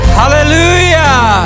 hallelujah